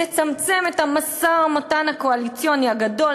נצמצם את המשא-ומתן הקואליציוני הגדול,